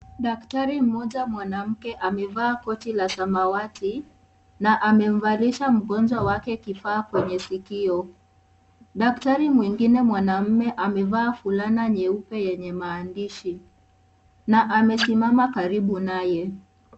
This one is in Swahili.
Daktari mmoja mwanamke amevaa koti la samawati na amemvalisha mgonjwa wake kifaa kwenye sikio. Daktari mwingine mwanamme amevaa fulana yenye maandishi na amesimama karibu naye.